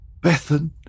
Bethan